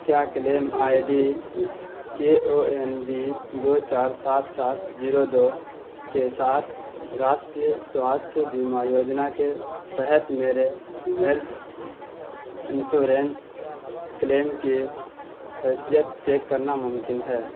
کیا claim I D کے O N B دو چار سات سات زیرو دو کے ساتھ راشٹریہ سواستھ بیمہ یوجنا کے تحت میرے ہیلتھ انسورنس کلیم کی حیثیت چیک کرنا ممکن ہے